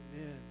Amen